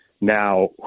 now